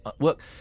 work